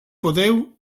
podeu